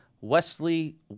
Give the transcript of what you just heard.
Wesley